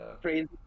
crazy